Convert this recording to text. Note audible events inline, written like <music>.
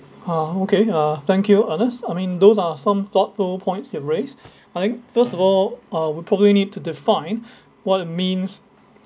uh okay uh thank you ernest I mean those are some thought pro points you've raised <breath> I think I first of all uh we probably need to define <breath> what it means